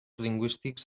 lingüístics